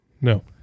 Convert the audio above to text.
no